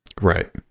Right